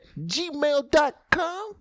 gmail.com